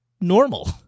normal